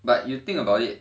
but you think about it